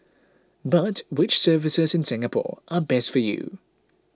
but which services in Singapore are best for you